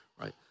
right